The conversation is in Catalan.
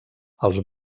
els